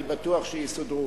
אני בטוח שיסודרו,